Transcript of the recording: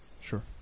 sure